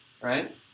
Right